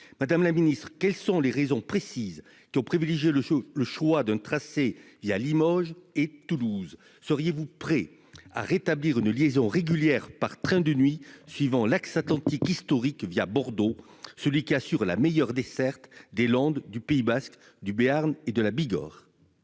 Madame la Ministre, quelles sont les raisons précises qui ont privilégié le jeu, le choix d'un tracé il y à Limoges et Toulouse, seriez-vous prêt à rétablir une liaison régulière par train de nuit suivant l'axe Atlantique historique via Bordeaux, celui qui assure la meilleure desserte des Landes et du Pays basque, du Béarn et de la Bigorre.